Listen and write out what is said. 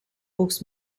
oogst